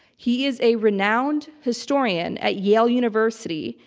he is a renowned historian at yale university.